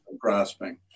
grasping